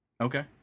Okay